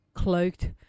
cloaked